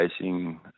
racing